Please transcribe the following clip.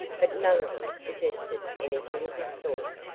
but none of them suggested anything of this sort,